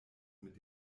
mit